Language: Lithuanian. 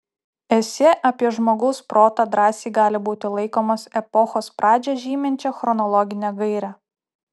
esė apie žmogaus protą drąsiai gali būti laikomas epochos pradžią žyminčia chronologine gaire